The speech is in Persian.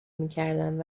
میکردند